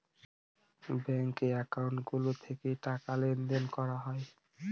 ব্যাঙ্কে একাউন্ট গুলো থেকে টাকা লেনদেন করা হয়